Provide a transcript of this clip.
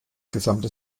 gesamte